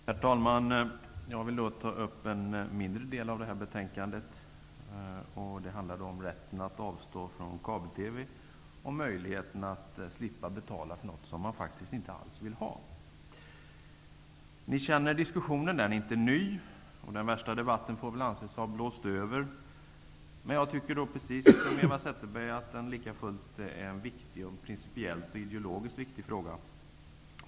Herr talman! Jag vill ta upp en mindre del av betänkandet, och det handlar om rätten att avstå från kabel-TV och möjligheten att slippa betala för något som man inte alls vill ha. Diskussionen är inte ny, och den värsta debatten får väl anses ha blåst över. Men jag tycker, precis som Eva Zetterberg, lika fullt att frågan är principiellt och ideologiskt viktig.